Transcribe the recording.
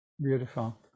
beautiful